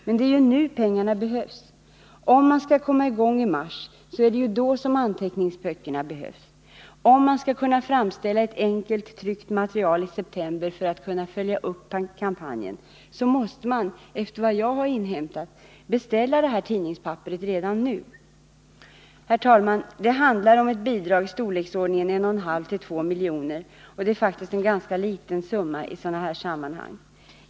Men det är ju nu pengarna behövs! Om man skall komma i gång i mars, så är det ju då som anteckningsböckerna behövs. Om man skall kunna framställa ett enkelt tryckt material i september för att följa upp kampanjen, så måste man efter vad jag har inhämtat beställa tidningspapperet redan nu. Herr talman! Det handlar om ett bidrag i storleksordningen 1,5-2 miljoner, och det är faktiskt en ganska liten summa i sådana här sammanhang.